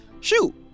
Shoot